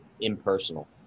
impersonal